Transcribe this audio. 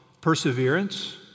perseverance